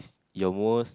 your most